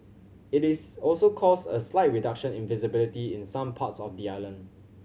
it is also caused a slight reduction in visibility in some parts of the island